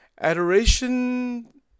Adoration